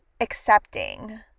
Accepting